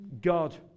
God